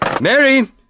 Mary